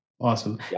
Awesome